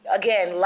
again